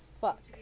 fuck